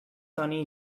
sunny